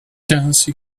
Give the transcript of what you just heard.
dense